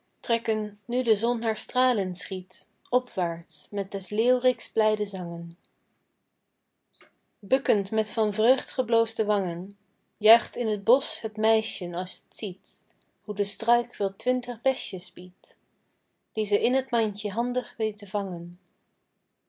trekken nu de zon haar stralen schiet opwaarts met des leeuwriks blijde zangen bukkend met van vreugd gebloosde wangen juicht in t bosch het meisjen als het ziet hoe de struik wel twintig besjes biedt die ze in t mandje handig weet te vangen